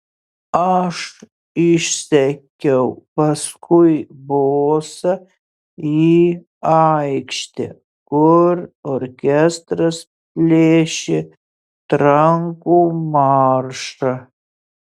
aš išsekiau paskui bosą į aikštę kur orkestras plėšė trankų maršą